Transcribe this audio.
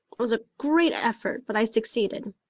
it was a great effort but i succeeded.